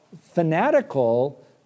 fanatical